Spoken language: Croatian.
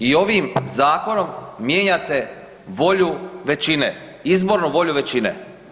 I ovim zakonom mijenjate volju većine, izbornu volju većine.